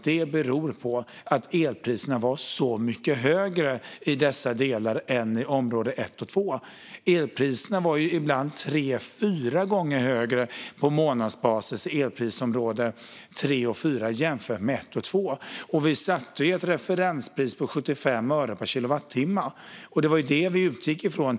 Det berodde på att elpriserna var så mycket högre i dessa delar än i område 1 och 2. Elpriserna var ibland tre eller fyra gånger högre på månadsbasis i elprisområde 3 och 4 än i elprisområde 1 och 2. Vi satte ett referenspris på 75 öre per kilowattimme, och det var det vi utgick från.